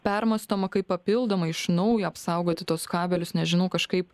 permąstoma kaip papildomai iš naujo apsaugoti tuos kabelius nežinau kažkaip